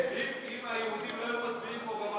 אם היהודים לא היו מצביעים פה,